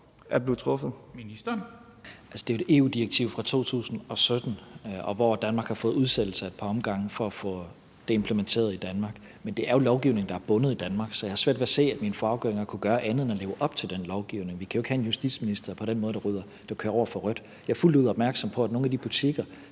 Tesfaye): Altså, det er jo et EU-direktiv fra 2017, som Danmark har fået udsættelse ad et par omgange til at få implementeret i Danmark. Men det er jo lovgivning, der er bundet i Danmark, så jeg har svært ved at se, at min forgænger kunne gøre andet end at leve op til den lovgivning. Vi kan jo ikke have en justitsminister, der på den måde kører over for rødt. Jeg er fuldt ud opmærksom på, at for nogle af de butikker,